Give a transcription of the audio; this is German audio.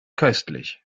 köstlich